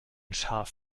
schaf